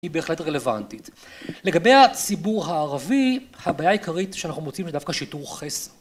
היא בהחלט רלוונטית. לגבי הציבור הערבי, הבעיה העיקרית שאנחנו מוצאים זה דווקא שיטור חסר